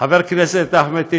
חבר הכנסת אחמד טיבי,